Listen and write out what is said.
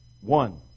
One